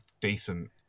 decent